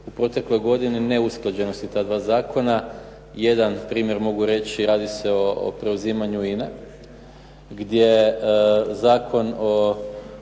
u protekloj godini neusklađenosti ta dva zakona. Jedan primjer mogu reći, radi se o preuzimanju INA-e gdje Zakon o